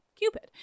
Cupid